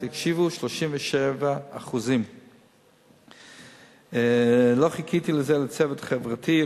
תקשיבו: 37%. לא חיכיתי בשביל זה לצדק חברתי,